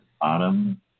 bottom